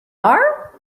are